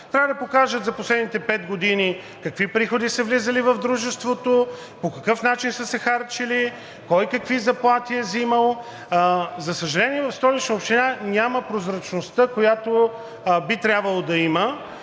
Трябва да покажат за последните пет години какви приходи са влизали в дружеството, по какъв начин са се харчили, кой какви заплати е взимал. За съжаление, в Столична община няма прозрачността, която би трябвало да има.